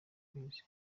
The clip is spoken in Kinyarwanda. kwezi